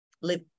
Live